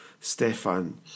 Stefan